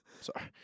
Sorry